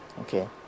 Okay